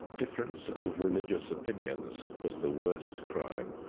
difference of religious opinions was the worst crime.